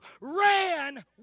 ran